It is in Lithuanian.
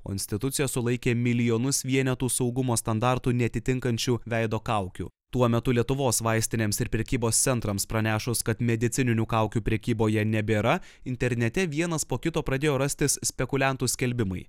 o institucijos sulaikė milijonus vienetų saugumo standartų neatitinkančių veido kaukių tuo metu lietuvos vaistinėms ir prekybos centrams pranešus kad medicininių kaukių prekyboje nebėra internete vienas po kito pradėjo rastis spekuliantų skelbimai